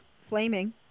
Flaming